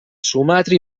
sumatra